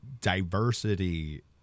diversity